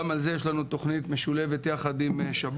גם על זה יש לנו תוכנית משולבת יחד עם שב"ס.